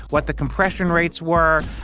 what the compression rates were,